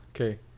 Okay